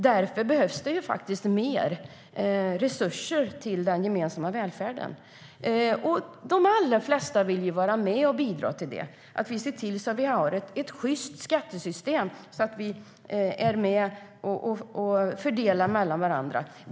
Därför behövs det faktiskt mer resurser till den gemensamma välfärden, och de allra flesta vill vara med och bidra till det. Vi ska se till att vi har ett sjyst skattesystem med en bra fördelning.